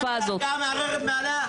מי ערכאה מערערת מעליה?